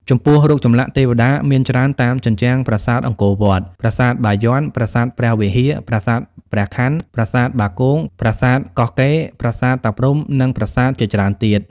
ចំពោះរូបចម្លាក់ទេវតាមានច្រើនតាមជញ្ជ្រាំប្រាសាទអង្គរវត្ត ប្រាសាទបាយ័ន ប្រាសាទព្រះវិហារ ប្រាសាទព្រះខ័ន ប្រាសាទបាគង ប្រាសាទកោះកេរ ប្រាសាទតាព្រហ្មនិងប្រាសាទជាច្រើនទៀត។